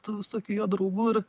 tų visokių jo draugų ir